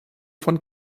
von